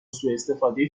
سوءاستفاده